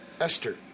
Esther